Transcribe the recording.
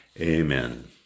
Amen